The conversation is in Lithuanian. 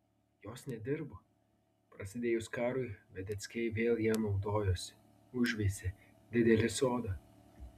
jos nedirbo prasidėjus karui vedeckiai vėl ja naudojosi užveisė didelį sodą